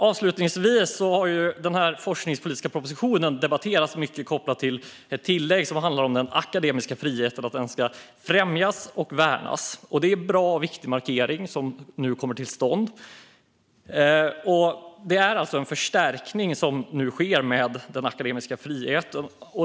Avslutningsvis har den forskningspolitiska propositionen debatterats mycket kopplat till ett tillägg som handlar om att den akademiska friheten ska främjas och värnas. Det är en bra och viktig markering som nu kommer till stånd. Det är alltså en förstärkning som nu sker av den akademiska friheten.